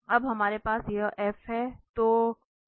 अब हमारे पास यह f है